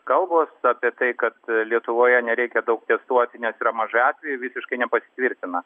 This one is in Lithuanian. kalbos apie tai kad lietuvoje nereikia daug testuoti nes yra mažai atvejų visiškai nepasitvirtina